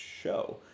show